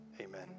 Amen